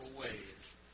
ways